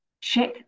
check